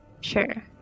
Sure